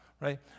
right